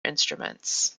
instruments